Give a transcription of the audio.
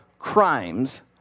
crimes